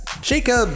Jacob